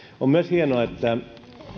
on myös hienoa että